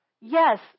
Yes